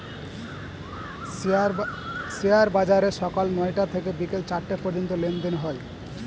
share বাজারে সকাল নয়টা থেকে বিকেল চারটে পর্যন্ত লেনদেন হয়